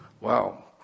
wow